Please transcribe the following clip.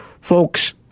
Folks